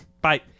Bye